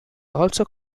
also